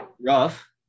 rough